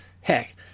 Heck